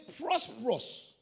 prosperous